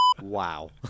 Wow